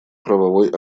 правовой